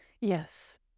Yes